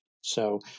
So-